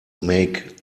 make